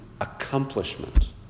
accomplishment